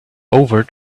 over